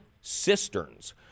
cisterns